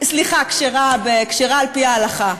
עושים הפריה, סליחה, כשרה על-פי ההלכה.